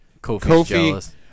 Kofi